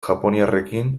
japoniarrekin